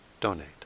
donate